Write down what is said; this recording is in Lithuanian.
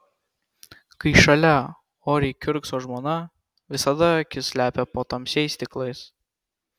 kai šalia oriai kiurkso žmona visada akis slepia po tamsiais stiklais